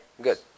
good